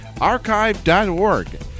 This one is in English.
Archive.org